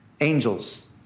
angels